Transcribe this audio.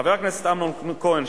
חבר הכנסת אמנון כהן,